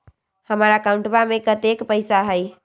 हमार अकाउंटवा में कतेइक पैसा हई?